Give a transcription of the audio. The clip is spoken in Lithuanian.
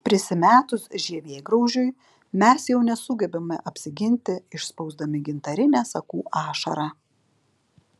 prisimetus žievėgraužiui mes jau nesugebame apsiginti išspausdami gintarinę sakų ašarą